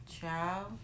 Ciao